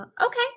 Okay